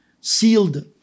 sealed